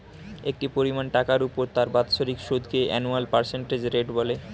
একটি পরিমাণ টাকার উপর তার বাৎসরিক সুদকে অ্যানুয়াল পার্সেন্টেজ রেট বলে